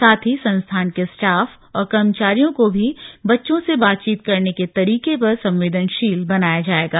साथ ही संस्थान के स्टाफ और कर्मचारियों को भी बच्चों से बातचीत करने के तरीके पर संवेदनशील बनाया जायेगा